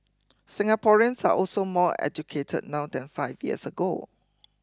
Singaporeans are also more educated now than five years ago